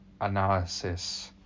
analysis